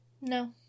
No